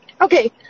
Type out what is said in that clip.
Okay